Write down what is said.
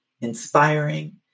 inspiring